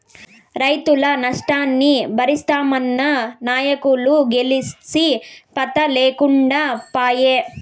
రైతుల నష్టాన్ని బరిస్తామన్న నాయకులు గెలిసి పత్తా లేకుండా పాయే